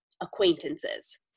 acquaintances